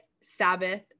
Sabbath